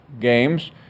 games